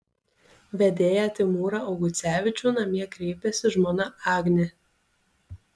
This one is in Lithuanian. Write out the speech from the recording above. vedėją timūrą augucevičių namie kreipiasi žmona agnė